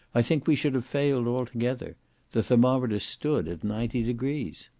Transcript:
i think we should have failed altogether the thermometer stood at ninety degrees.